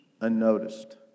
unnoticed